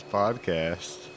podcast